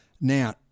Now